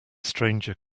stranger